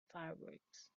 fireworks